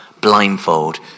blindfold